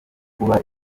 kuba